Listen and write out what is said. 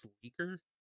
sleeker